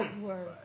Word